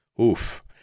oof